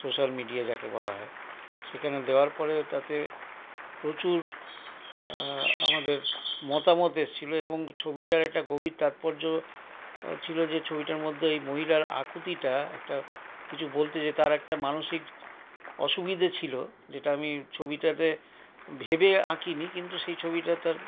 social media যাকে বলা হয় সেখানে দেওয়ার পরে তাতে প্রচুর আমাদের মতামত এসেছিল এবং ছবিটার একটা গভীর তাৎপর্য ছিল যে ছবিটার মধ্যে এই মহিলার আকুতিটা একটা কিছু বলতে চেয়ে তার একটা মানসিক অসুবিধে ছিল যেটা আমি ছবিটাতে ভেবে আঁকিনি কিন্তু সেই ছবিটা তার